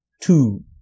two